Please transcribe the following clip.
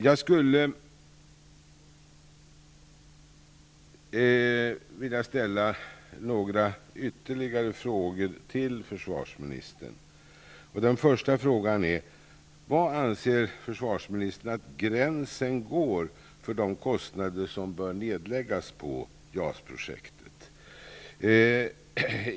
Jag skulle vilja ställa ytterligare några frågor till försvarministern. För det första: Var tycker försvarsministern att gränsen går för de kostnader som bör nedläggas på JAS-projektet?